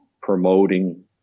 promoting